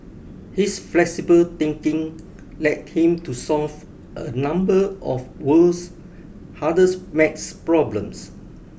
his flexible thinking led him to solve a number of world's hardest math problems